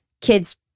kids